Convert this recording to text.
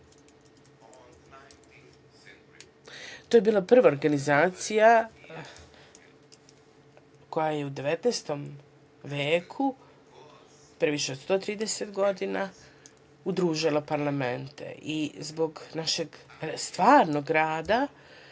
To je bila prva organizacija koja je u 19. veku, pre više od 130 godina udružila parlamente. Zbog našeg stvarnog rada,